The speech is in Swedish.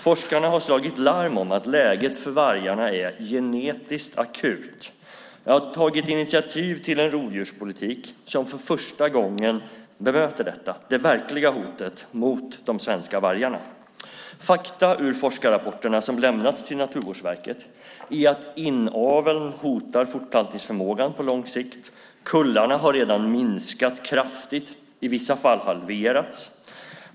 Forskarna har slagit larm om att läget för vargarna är "genetiskt akut". Jag har tagit initiativ till en rovdjurspolitik som för första gången bemöter detta, det vill säga det verkliga hotet mot de svenska vargarna. Fakta ur forskarrapporterna som lämnats till Naturvårdsverket är att inaveln hotar fortplantningsförmågan på lång sikt. Kullarna har redan minskat kraftigt och i vissa fall halverats.